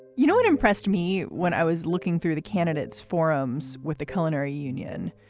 you know what impressed me when i was looking through the candidates forums with the culinary union?